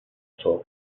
سوق